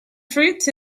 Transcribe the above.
fruits